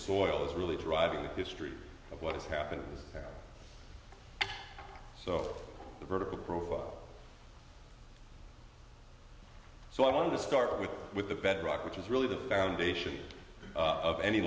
soil is really driving the history of what is happening there so the vertical profile so i want to start with with the bedrock which is really the foundation of any